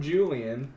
Julian